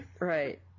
Right